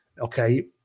okay